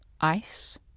ice